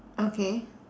okay